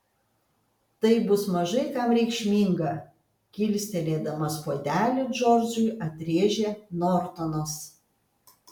tai bus mažai kam reikšminga kilstelėdamas puodelį džordžui atrėžė nortonas